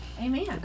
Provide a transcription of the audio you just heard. Amen